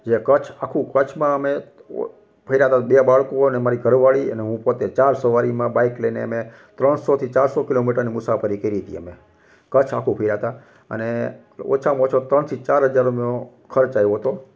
જે કચ્છ આખું કચ્છમાં અમે ઓ ફર્યા હતા બે બાળકો અને મારી ઘરવાળી અને હું પોતે ચાર સવારીમાં બાઇક લઈને અમે ત્રણસોથી ચારસો કિલોમીટરની મુસાફરી કરી તી અમે કચ્છ આખું ફર્યા હતા અને ઓછામાં ઓછો ત્રણથી ચાર હજાર રૂપિયા ખર્ચ આવ્યો હતો